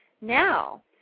now